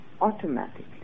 automatically